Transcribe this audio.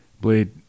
blade